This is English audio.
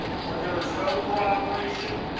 when there is no corroboration,